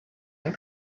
and